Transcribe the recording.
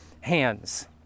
hands